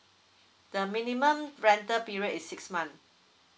the minimum rental period is six month